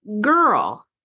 girl